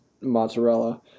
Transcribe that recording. mozzarella